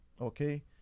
okay